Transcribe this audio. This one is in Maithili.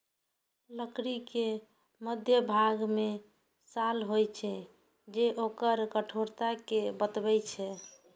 लकड़ी के मध्यभाग मे साल होइ छै, जे ओकर कठोरता कें बतबै छै